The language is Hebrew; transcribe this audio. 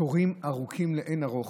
תורים ארוכים לאין-ערוך,